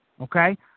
okay